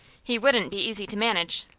he wouldn't be easy to manage.